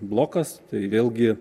blokas tai vėlgi